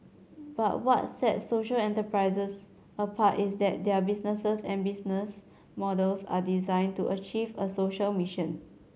but what sets social enterprises apart is that their businesses and business models are designed to achieve a social mission